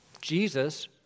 jesus